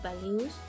values